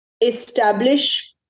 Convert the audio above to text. establish